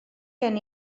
gen